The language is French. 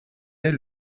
est